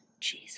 Jesus